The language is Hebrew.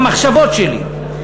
במחשבות שלי.